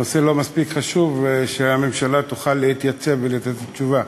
הנושא לא מספיק חשוב שהממשלה תוכל להתייצב ולתת תשובה.